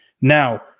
Now